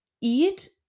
eat